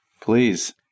Please